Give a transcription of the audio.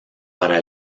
para